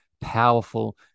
powerful